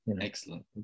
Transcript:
Excellent